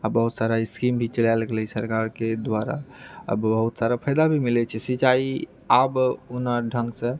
आब बहुत सारा स्कीम भी चलाएल गेलै सरकारके द्वारा आ बहुत सारा फायदा भी मिलैत छै सिंचाई आब ओना ढ़ङ्गसँ